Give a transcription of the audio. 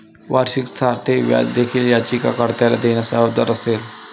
वार्षिक साधे व्याज देखील याचिका कर्त्याला देण्यास जबाबदार असेल